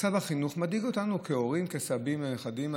מצב החינוך מדאיג אותנו, כהורים, כסבים לנכדים.